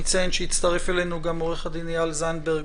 אני אציין שהצטרף אלינו גם עו"ד איל זנדברג,